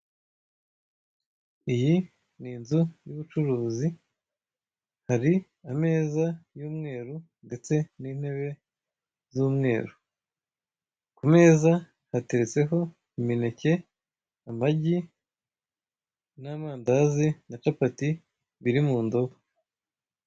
Iyi ni inzu y'ubucuruzi hari ameza y'umweru ndetse n'intebe z'umweru. Ku meza hateretseho imineke, amagi n'amandazi na capati biri mu ndobo.